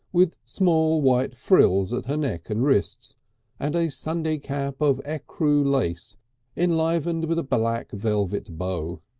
with small white frills at her neck and wrists and a sunday cap of ecru lace enlivened with a black velvet bow.